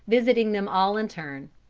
visiting them all in turn.